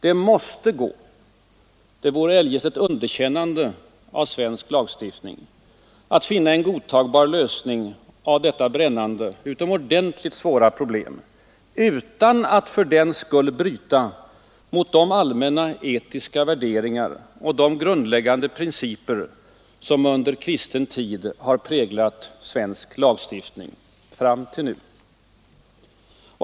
Det måste gå — det vore eljest ett underkännande av svensk lagstiftning — att finna en godtagbar lösning av detta brännande, utomordentligt svåra problem utan att fördenskull bryta mot de allmänna etiska värderingar och de grundläggande principer som under kristen tid har präglat svensk lagstiftning fram till nu.